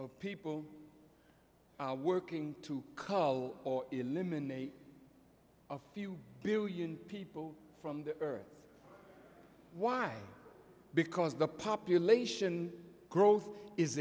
of people are working to call or eliminate a few billion people from the earth why because the population growth is